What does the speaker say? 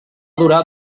durar